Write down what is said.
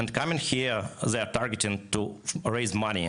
והם באים לכאן כדי לגייס כסף,